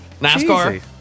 NASCAR